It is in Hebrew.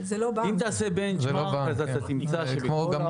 אם תעשה בנצ'מרק אתה תמצא שברוב